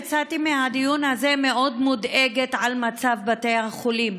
יצאתי מהדיון הזה מאוד מודאגת ממצב בתי החולים.